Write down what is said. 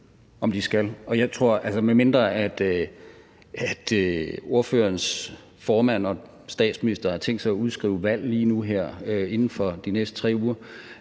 om de skal det. Og medmindre ordførerens formand og statsminister har tænkt sig at udskrive valg lige nu og her, inden for de næste 3 uger,